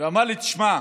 הוא אמר לי: תשמע,